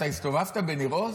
אתה הסתובבת בניר עוז?